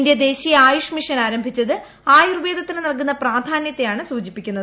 India ദേശീയ Ayush mission ആരംഭിച്ചത് ആയൂർവേദത്തിന് നൽകുന്ന പ്രാധാന്യത്തെയാണ് സൂ്ചിപ്പിക്കുന്നത്